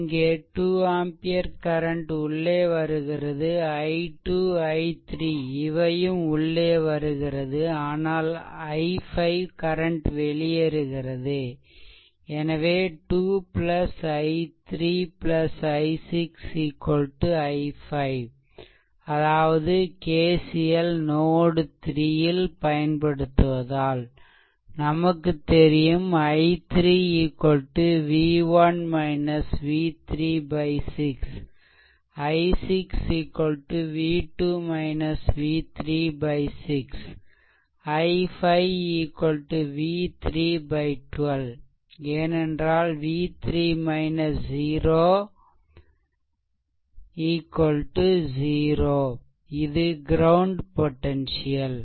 இங்கே 2 ampere current உள்ளே வருகிறது i2 i3 இவையும் உள்ளே வருகிறது ஆனால் i5 கரண்ட் வெளியேறுகிறது எனவே 2 i3 i6 i5 அதாவது KCL நோட்3 ல் பயன்படுத்துவதால் நமக்கு தெரியும் i3 v1 - v3 6 i6 v2 v3 6 i5 v3 12 ஏனென்றால் v3 00இது க்ரௌண்ட் பொடென்சியல்